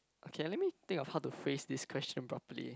okay let me think of how to phrase this question properly